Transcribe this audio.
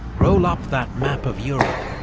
roll up that map of europe,